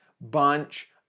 bunch